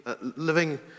living